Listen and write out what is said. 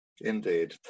Indeed